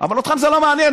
אבל אתכם זה לא מעניין.